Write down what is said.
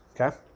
okay